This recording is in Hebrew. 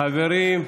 חברים.